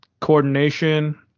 coordination